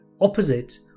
opposite